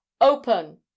Open